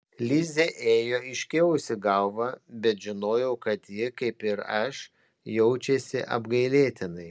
lizė ėjo iškėlusi galvą bet žinojau kad ji kaip ir aš jaučiasi apgailėtinai